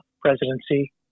presidency